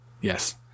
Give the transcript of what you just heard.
Yes